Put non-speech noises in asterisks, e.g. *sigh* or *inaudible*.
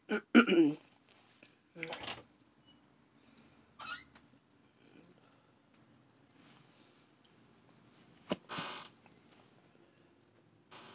*noise*